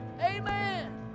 Amen